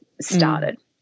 started